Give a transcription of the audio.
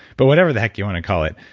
but whatever the heck you want to call it.